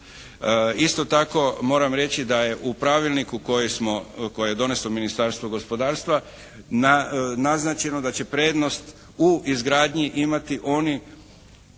Isto tako moram reći da je u pravilniku koje je doneslo Ministarstvo gospodarstva naznačeno da će prednost u izgradnji imati oni